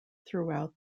throughout